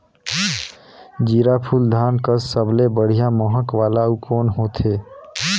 जीराफुल धान कस सबले बढ़िया महक वाला अउ कोन होथै?